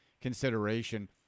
consideration